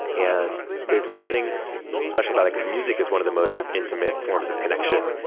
and there's something special about it, because music is one of the most intimate forms of connection.